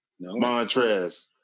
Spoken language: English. Montrez